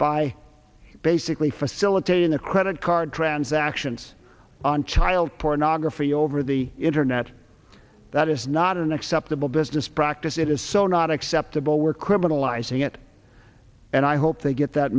by basically facilitating the credit card transactions on child pornography over the internet that is not an acceptable business practice it is so not acceptable we're criminalizing it and i hope they get that